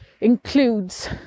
includes